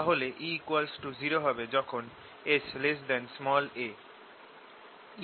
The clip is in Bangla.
তাহলে E 0 হবে যখন S a